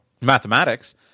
Mathematics